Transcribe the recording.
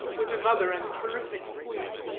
with another and terrific squeeze.